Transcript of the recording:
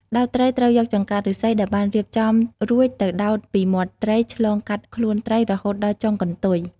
ដោតត្រី ត្រូវយកចង្កាក់ឫស្សីដែលបានរៀបចំរួចទៅដោតពីមាត់ត្រីឆ្លងកាត់ខ្លួនត្រី រហូតដល់ចុងកន្ទុយ។